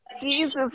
Jesus